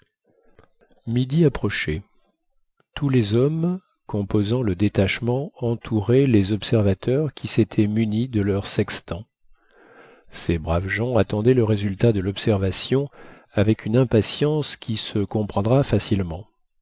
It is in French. midi approchait tous les hommes composant le détachement entouraient les observateurs qui s'étaient munis de leurs sextants ces braves gens attendaient le résultat de l'observation avec une impatience qui se comprendra facilement